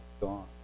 gone